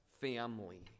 family